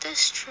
that's true